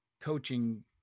coaching